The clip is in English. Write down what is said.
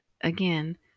again